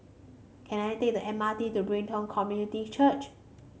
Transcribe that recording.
can I take the M R T to Brighton Community Church